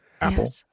Apple